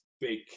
big